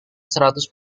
seratus